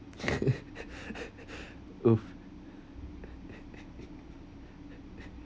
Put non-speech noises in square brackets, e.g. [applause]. [laughs] !oops! [laughs]